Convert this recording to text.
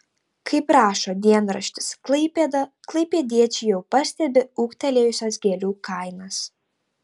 kaip rašo dienraštis klaipėda klaipėdiečiai jau pastebi ūgtelėjusias gėlių kainas